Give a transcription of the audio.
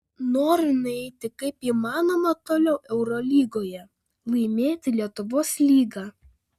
noriu nueiti kaip įmanoma toliau eurolygoje laimėti lietuvos lygą